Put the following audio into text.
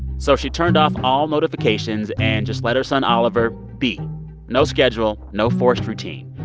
so she turned off all notifications and just let her son oliver be no schedule, no forced routine.